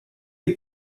est